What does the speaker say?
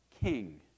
king